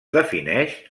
defineix